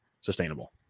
Sustainable